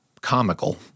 Comical